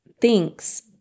thinks